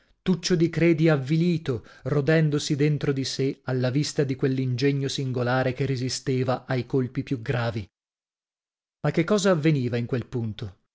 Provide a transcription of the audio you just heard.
tuccio di credi avvilito rodendosi dentro di sè alla vista di quell'ingegno singolare che resisteva ai colpi più gravi ma che cosa avveniva in quel punto